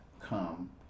come